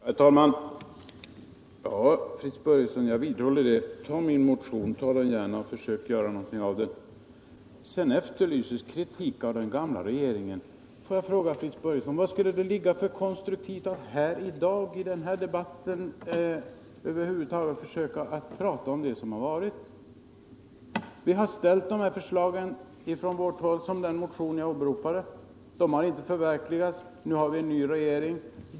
Herr talman! Till Fritz Börjesson vill jag säga att jag vidhåller: Ta gärna min motion och försök göra någonting av den! Sedan efterlyses kritik av den gamla regeringen. Får jag fråga Fritz Börjesson: Vad skulle det ligga för konstruktivt i att här i dag i denna debatt försöka prata om det som varit? Vi har ställt förslag från vårt håll, som i den motion jag åberopat. De har inte förverkligats. Nu har vi en ny regering.